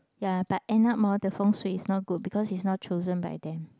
ya but end up more the feng shui is not good because it's not chosen by them